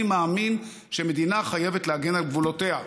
אני מאמין שמדינה חייבת להגן על גבולותיה.